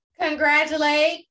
congratulate